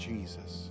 Jesus